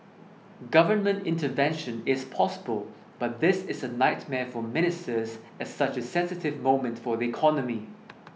government intervention is possible but this is a nightmare for ministers at such a sensitive moment for the economy